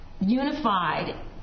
unified